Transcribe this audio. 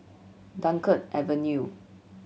Dunkirk Avenue